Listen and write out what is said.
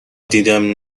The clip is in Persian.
دیدم